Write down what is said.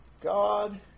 God